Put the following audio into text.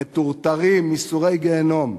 מטורטרים, ייסורי גיהינום.